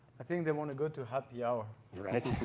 i think they want to go to happy hour. right